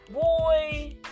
boy